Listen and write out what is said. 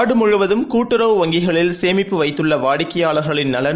நாடு முழுவதும் கூட்டுறவு வங்கிகளில் சேமிப்பு வைத்துள்ள வாடிக்கையாளர்களின் நலன்